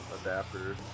adapter